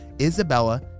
Isabella